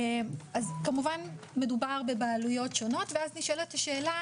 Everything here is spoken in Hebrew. כמובן מדובר בבעלויות שונות ואז נשאלת השאלה,